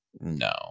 No